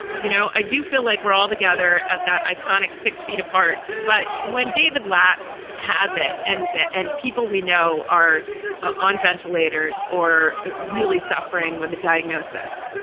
you know, i do feel like we're all together at that iconic six feet apart. but when david latt has it and that and people we know are on ventilators or really suffering with the diagnosis,